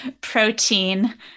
Protein